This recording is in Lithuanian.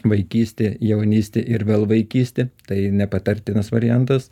vaikystė jaunystė ir vėl vaikystė tai nepatartinas variantas